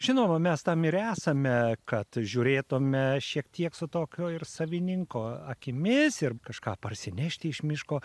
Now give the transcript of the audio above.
žinoma mes tam ir esame kad žiūrėtume šiek tiek su tokiu ir savininko akimis ir kažką parsinešti iš miško